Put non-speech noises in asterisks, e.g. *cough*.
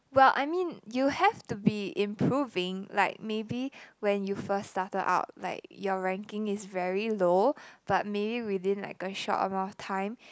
well I mean you have to be improving like maybe when you first started out like your ranking is very low *breath* but maybe within like a short amount of time